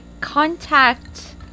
contact